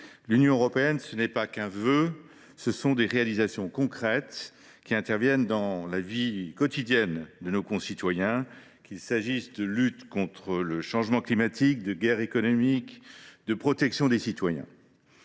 L’Union européenne, ce n’est pas qu’un vœu ; ce sont des réalisations concrètes qui ont une influence sur la vie quotidienne de nos concitoyens, qu’il s’agisse de lutte contre le changement climatique, de guerre économique, ou de protection des citoyens.